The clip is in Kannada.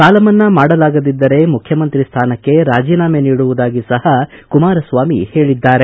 ಸಾಲಮನ್ನಾ ಮಾಡಲಾಗದಿದ್ದರೆ ಮುಖ್ಯಮಂತ್ರಿ ಸ್ವಾನಕ್ಕೆ ರಾಜೀನಾಮೆ ನೀಡುವುದಾಗಿ ಸಹ ಕುಮಾರಸ್ವಾಮಿ ಹೇಳಿದ್ದಾರೆ